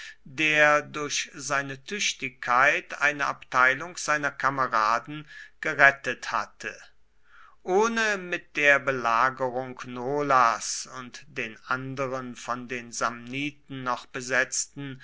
der durch seine tüchtigkeit eine abteilung seiner kameraden gerettet hatte ohne mit der belagerung nolas und den anderen von den samniten noch besetzten